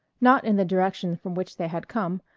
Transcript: not in the direction from which they had come,